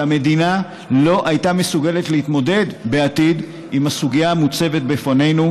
רק משום שהמדינה לא הייתה מסוגלת להתמודד עם הסוגיה המוצבת לפנינו,